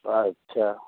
আচ্ছা